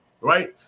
right